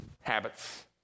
habits